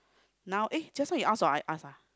now eh just now you ask or I ask ah